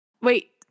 wait